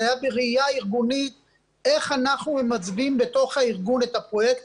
זה היה בראייה ארגונית איך אנחנו ממצבים בתוך הארגון את הפרויקט